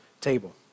table